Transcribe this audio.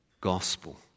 gospel